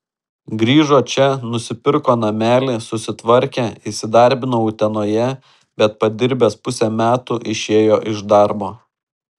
grįžo čia nusipirko namelį susitvarkė įsidarbino utenoje bet padirbęs pusę metų išėjo iš darbo